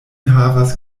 havas